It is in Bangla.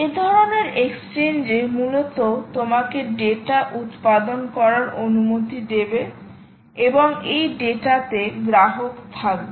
এ ধরনের এক্সচেঞ্জে মূলত তোমাকে ডেটা উত্পাদন করার অনুমতি দেবে এবং এই ডেটাতে গ্রাহক থাকবে